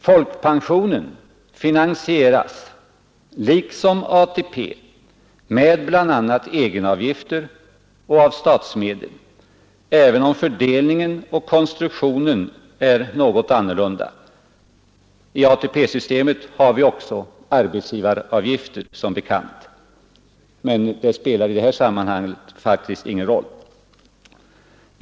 Folkpensionen finansieras liksom ATP med bl.a. egenavgifter och av statsmedel, även om fördelningen och konstruktionen är en annan; i ATP-systemet har vi som bekant också arbetsgivaravgifter, men det spelar i detta sammanhang faktiskt ingen roll.